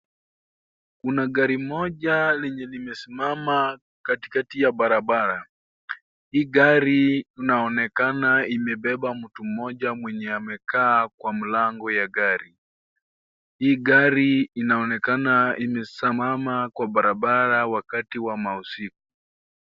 Kuna gari moja lenye limesimama katikati ya barabara, hii gari inaonekana imebeba mtu mmoja mwenye amekaa kwa mlango ya gari, hii gari inaonekana imesimama kwa barabara wakati wa usiku.